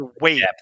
wait